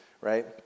Right